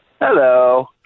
Hello